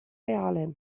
reale